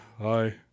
hi